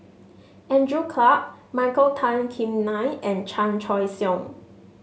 Andrew Clarke Michael Tan Kim Nei and Chan Choy Siong